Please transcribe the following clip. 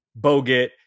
Bogut